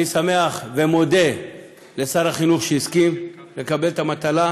אני שמח ומודה לשר החינוך שהסכים לקבל את המטלה,